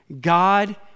God